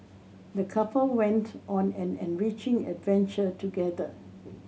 the couple went on an enriching adventure together